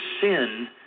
sin